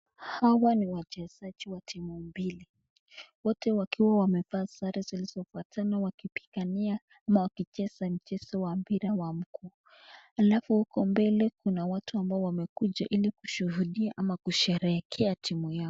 Hawa ni wachezaji wa timu mbili. Wote wakiwa wamevaa sare zilizofuatana wakipigania ama wakicheza mchezo wa mpira wa mguu, halafu huko mbele kuna watu ambao wamekuja ili kushuudia au kusheherekea timu yao.